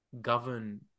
govern